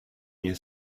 rien